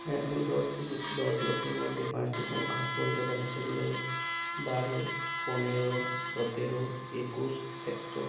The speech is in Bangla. হ্যাঁ আমি দশ থেকে দশ লক্ষের মধ্যে পাঁচটি সংখ্যা বলতে পারি সেগুলো হলো বারো পনেরো সতেরো একুশ একশো